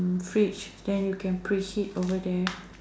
fridge then you can preheat over there